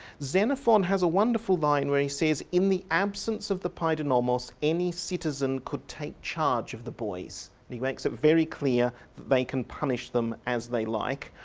xenophon has a wonderful line where he says in the absence of the paidonomos, any citizen could take charge of the boys' and he makes it very clear that they can punish them as they like.